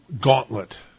gauntlet